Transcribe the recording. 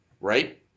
Right